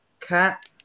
Cat